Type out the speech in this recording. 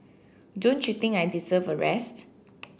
don't you think I deserve a rest